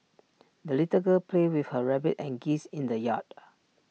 the little girl played with her rabbit and geese in the yard